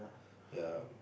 ya